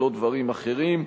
ולא דברים אחרים.